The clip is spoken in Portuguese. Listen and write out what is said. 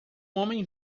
homem